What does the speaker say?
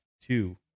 two